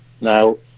Now